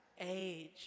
age